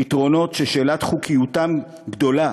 פתרונות ששאלת חוקיותם גדולה.